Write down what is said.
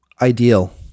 ideal